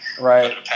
Right